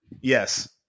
Yes